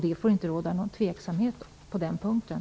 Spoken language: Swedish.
Det får inte råda någon tveksamhet på den punkten.